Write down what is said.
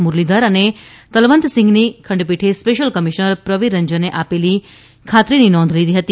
મુરલીધર અને તલવંતસિંઘની ખંડપીઠે સ્પેશ્યલ કમિશનર પ્રવિર રંજને આપેલી ખાત્રીની નોંધ લીધી હતી